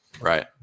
Right